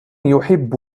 يحب